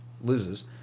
loses